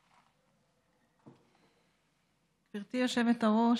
גברתי היושבת-ראש,